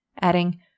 adding